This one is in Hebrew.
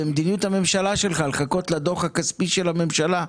במדיניות הממשלה שלך לחכות לדוח הכספי של הממשלה,